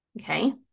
Okay